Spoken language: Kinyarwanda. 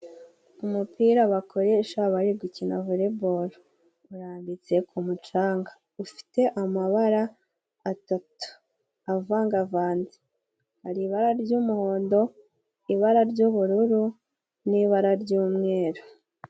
Umupira bakoresha bari gukina volebolo. Urambitse ku mucanga. Ufite amabara atatu avangavanze. Hari ibara ry'umuhondo, ibara ry'ubururu n'ibara ry'umweru.